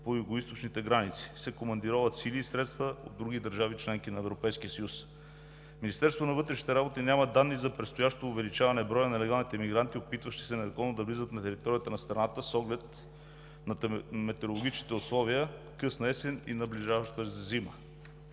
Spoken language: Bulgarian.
по югоизточните граници се командироват сили и средства от други държави – членки на Европейския съюз. Министерството на вътрешните работи няма данни за предстоящо увеличаване броя на нелегалните емигранти, опитващи се незаконно да влизат на територията на страната с оглед на метрологичните условия – късна есен и наближаваща зима.